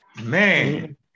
man